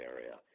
Area